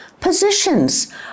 positions